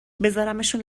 بزارمشون